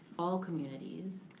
all communities,